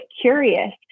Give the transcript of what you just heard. curious